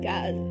God